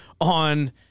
on